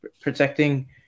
protecting